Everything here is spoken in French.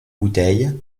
bouteille